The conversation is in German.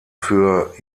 für